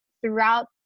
throughout